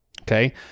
okay